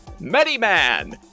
Mediman